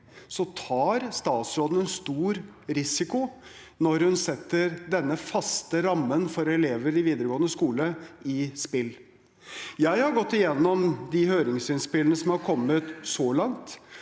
tar statsråden en stor risiko når hun setter denne faste rammen for elever i videregående skole i spill. Jeg har gått igjennom høringsinnspillene som har kommet så langt,